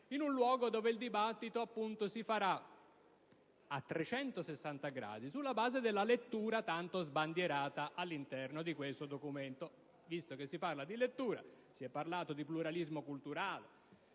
in un luogo dove il dibattito si faccia a e 360 gradi, sulla base della lettura tanto sbandierata all'interno di questo documento. Visto che si parla di lettura, che si è parlato di pluralismo culturale,